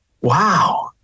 Wow